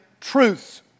truths